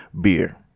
beer